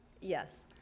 yes